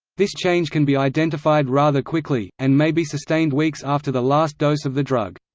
this change can be identified rather quickly, and may be sustained weeks after the last dose of the drug.